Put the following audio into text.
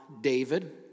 David